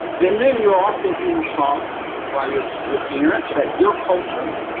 and then you're also being taught by your your parent that your culture,